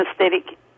anesthetic